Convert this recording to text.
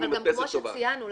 כמו שציינו,